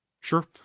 Sure